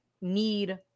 need